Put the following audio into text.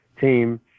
team